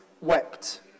wept